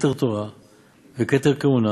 כתר תורה וכתר כהונה